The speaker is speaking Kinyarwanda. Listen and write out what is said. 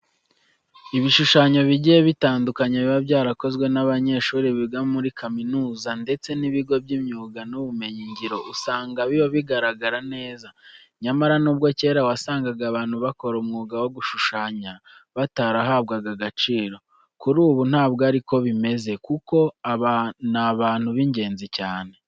Ibishushanyo bigiye bitandukanye biba byarakozwe n'abanyeshuri biga muri kaminuza ndetse n'ibigo by'imyuga n'ubumenyingiro usanga biba bigaragara neza. Nyamara nubwo kera wasangaga abantu bakora umwuga wo gushushanya batarahabwaga agaciro, kuri ubu ntabwo ari ko bimeze kuko ni abantu b'ingenzi cyane.